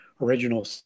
original